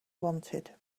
wanted